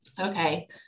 okay